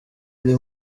ari